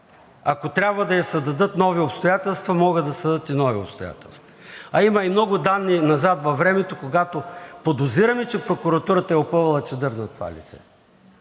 ако трябва да ѝ се дадат нови обстоятелства, могат да се дадат и нови обстоятелства. А има и много данни назад във времето, когато подозираме, че прокуратурата е опъвала чадър над това лице.